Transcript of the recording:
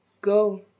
Go